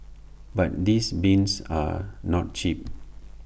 but these bins are not cheap